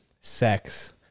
sex